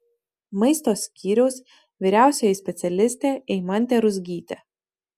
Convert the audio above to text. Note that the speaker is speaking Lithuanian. maisto skyriaus vyriausioji specialistė eimantė ruzgytė